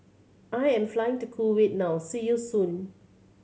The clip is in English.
I am flying to Kuwait now see you soon